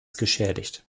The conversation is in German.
geschädigt